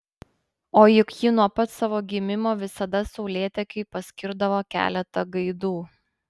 o juk ji nuo pat savo gimimo visada saulėtekiui paskirdavo keletą gaidų